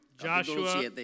Joshua